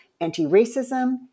anti-racism